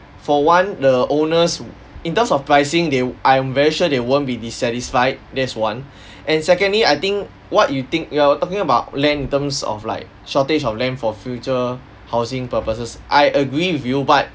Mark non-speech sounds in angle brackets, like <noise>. for one the owners w~ in terms of pricing they I'm very sure they won't be dissatisfied that's one <breath> and secondly I think what you think you are talking about land terms of light shortage of land for future housing purposes I agree with you but